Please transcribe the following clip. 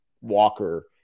Walker